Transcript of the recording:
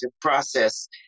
process